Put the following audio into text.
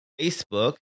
Facebook